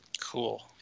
Cool